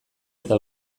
eta